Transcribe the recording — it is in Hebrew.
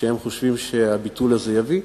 שהם חושבים שהביטול הזה יביא.